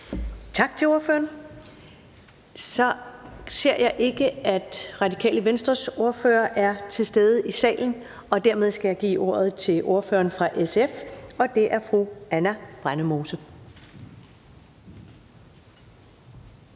Tak til ordføreren. Så ser jeg ikke, at Det Radikale Venstres ordfører er til stede i salen, og dermed skal jeg give ordet til ordføreren for SF, og det er fru Anna Brændemose.